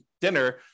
dinner